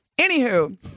Anywho